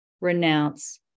renounce